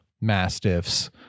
mastiffs